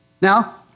Now